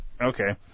okay